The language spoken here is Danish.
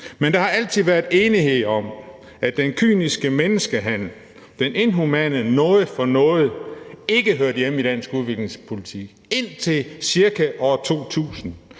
Men der har altid været enighed om, at den kyniske menneskehandel, det inhumane noget for noget-princip ikke hørte hjemme i dansk udviklingspolitik indtil ca. år 2000,